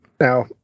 now